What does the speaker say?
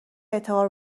اعتبار